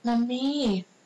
நான்:naan